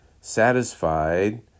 satisfied